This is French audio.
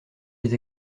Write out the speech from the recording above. les